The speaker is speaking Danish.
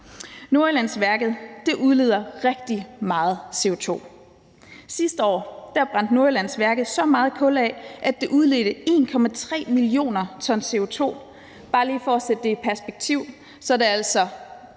Nordjyllandsværket udleder rigtig meget CO2. Sidste år brændte Nordjyllandsværket så meget kul af, at det udledte 1,3 mio. t CO2. Bare lige for at sætte det i perspektiv er det altså